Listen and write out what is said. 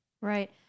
right